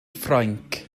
ffrainc